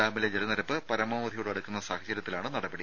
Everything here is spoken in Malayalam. ഡാമിലെ ജലനിരപ്പ് പരമാവധിയോടടുക്കുന്ന സാഹചര്യത്തിലാണ് നടപടി